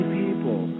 people